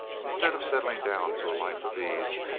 instead of settling down to a life of ease,